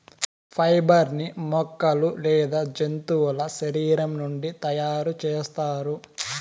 fibre ని మొక్కలు లేదా జంతువుల శరీరం నుండి తయారు చేస్తారు